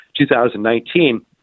2019